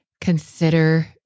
consider